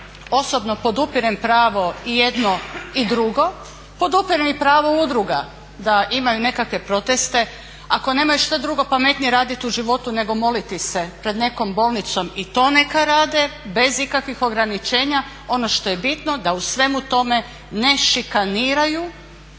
osobno podupirem pravo i jedno i drugo, podupirem i pravo udruga da imaju nekakve proteste. Ako nemaju šta drugo pametnije raditi u životu nego moliti se pred nekom bolnicom i to neka rade, bez ikakvih ograničenja, ono što je bitno da u svemu tome ne šikaniraju